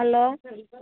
hello